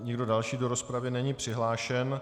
Nikdo další do rozpravy není přihlášen.